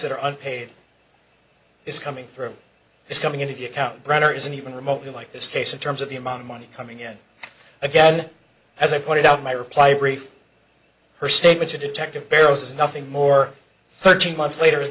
that are unpaid is coming through it's coming in to the account brunner isn't even remotely like this case in terms of the amount of money coming in again as i pointed out my reply brief her statement to detective barrow says nothing more thirteen months later is